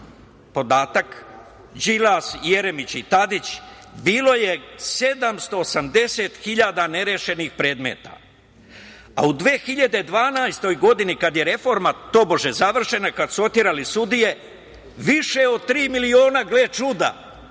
podatak, Đilas, Jeremić i Tadić, bilo je 780.000 nerešenih predmeta. U 2012. godini, kada je reforma tobože završena, kada su oterali sudije, više od tri miliona, gle čuda!